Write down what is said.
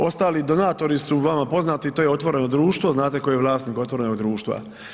Ostali donatori su vama poznati, to je otvoreno društvo a znate tko je vlasnik otvorenog društva.